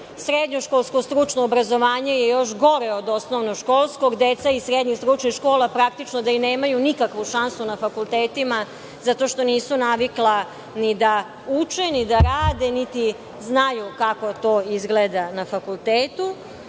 Srednjoškolsko stručno obrazovanje je još gore od osnovnoškolskog. Deca iz srednjih stručnih škola praktično da i nemaju nikakvu šansu na fakultetima zato što nisu navikla ni da uče, ni da rade, niti znaju kako to izgleda na fakultetu. Škola